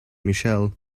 michelle